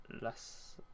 less